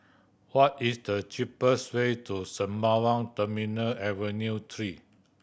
what is the cheapest way to Sembawang Terminal Avenue Three